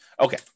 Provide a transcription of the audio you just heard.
Okay